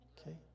okay